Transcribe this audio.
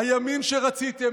הימין שרציתם?